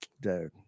Dude